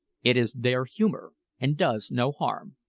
it is their humour, and does no harm.